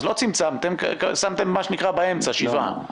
אז לא צמצמתם אלא שמתם משהו באמצע, שבעה.